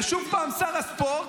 ושוב פעם שר הספורט,